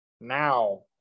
Now